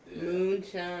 Moonshine